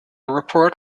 report